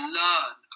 learn